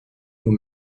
vous